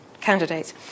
candidates